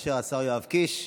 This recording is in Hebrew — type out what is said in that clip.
המקשר השר יואב קיש.